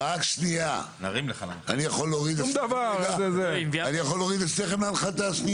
אני יכול להרים לשניכם להנחתה?